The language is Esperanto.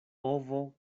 ovo